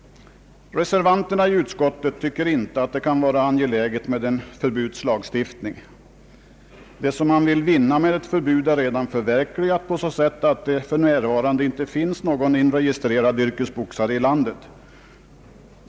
Reservanterna i utskottet tycker inte att det kan vara angeläget med en förbudslagstiftning. Det man vill vinna med ett förbud är redan förverkligat på så sätt att det för närvarande inte finns någon yrkesboxare inregistrerad i landet.